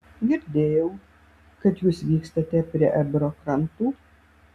girdėjau kad jūs vykstate prie ebro krantų